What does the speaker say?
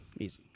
easy